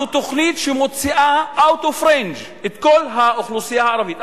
זו תוכנית שמוציאה out of range את כל האוכלוסייה הערבית.